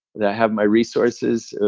that i have my resources,